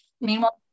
meanwhile